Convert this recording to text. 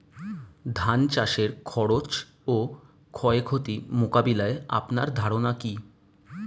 ধান চাষের খরচ ও ক্ষয়ক্ষতি মোকাবিলায় আপনার ধারণা কী?